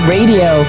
Radio